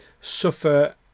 suffer